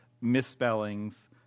misspellings